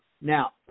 Now